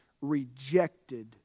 rejected